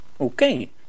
Okay